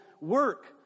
work